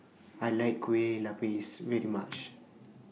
I like Kueh Lupis very much